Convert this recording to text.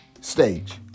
stage